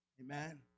amen